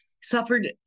suffered